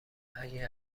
اگه